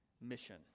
mission